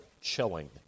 chilling